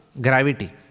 gravity